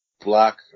Black